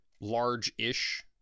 large-ish